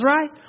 Right